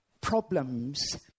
problems